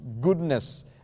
goodness